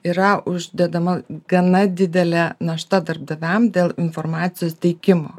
yra uždedama gana didelė našta darbdaviam dėl informacijos teikimo